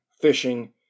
fishing